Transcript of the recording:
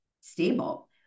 stable